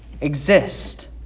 exist